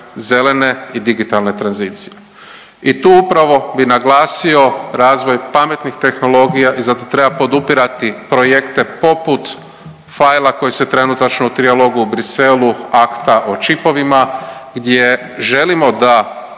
I tu upravo bih naglasio razvoj pametnih tehnologija i zato treba podupirati projekte poput „File“ koji se trenutačno u trialogu u Bruxellesu akta o čipovima gdje želimo da